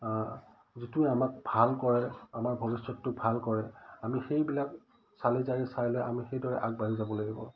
যিটোৱে আমাক ভাল কৰে আমাৰ ভৱিষ্যতটো ভাল কৰে আমি সেইবিলাক চালি জাৰি চাই লৈ আমি সেইদৰে আগবাঢ়ি যাব লাগিব